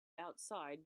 outside